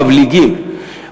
מבליגים,